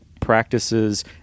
practices